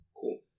Cool